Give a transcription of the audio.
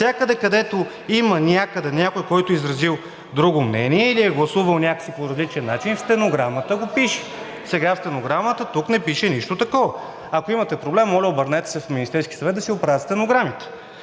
Навсякъде, където има някъде някой, който е изразил друго мнение или е гласувал някак си по различен начин, в стенограмата го пише. Сега в стенограмата тук не пише нищо такова. Ако имате проблем, моля, обърнете се в Министерския съвет да си оправят стенограмите,